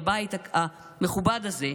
בבית המכובד הזה,